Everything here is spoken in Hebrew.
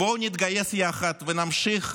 בואו נתגייס יחד ונמשיך,